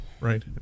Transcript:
Right